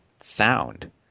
sound